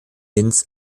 linz